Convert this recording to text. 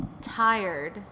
Tired